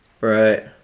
Right